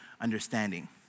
understanding